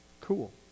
Cool